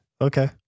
Okay